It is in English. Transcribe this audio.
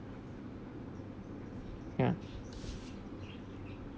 ya